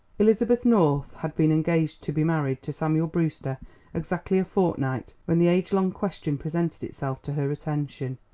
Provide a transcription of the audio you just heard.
elizabeth north had been engaged to be married to samuel brewster exactly a fortnight when the age-long question presented itself to her attention.